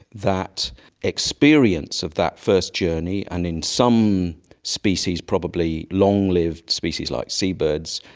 that experience of that first journey and in some species probably long-lived species like seabirds,